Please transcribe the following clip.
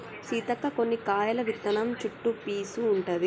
సీతక్క కొన్ని కాయల విత్తనం చుట్టు పీసు ఉంటది